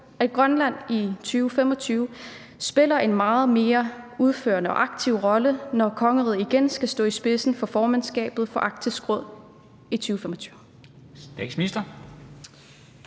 at Grønland i 2025 spiller en meget mere udførende og aktiv rolle, når kongeriget igen skal stå i spidsen for formandskabet for Arktisk Råd? Kl.